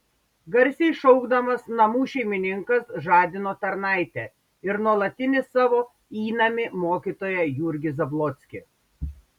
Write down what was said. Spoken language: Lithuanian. garsiai šaukdamas namų šeimininkas žadino tarnaitę ir nuolatinį savo įnamį mokytoją jurgį zablockį